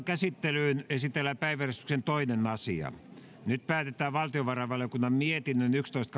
käsittelyyn esitellään päiväjärjestyksen toinen asia nyt päätetään valtiovarainvaliokunnan mietinnön yksitoista